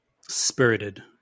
Spirited